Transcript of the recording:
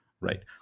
right